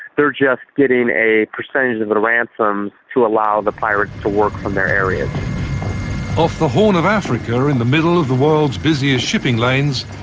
they're just getting a percentage and of the ransom to allow the pirates to work from their areas. off horn of africa so in the middle of the world's busiest shipping lanes,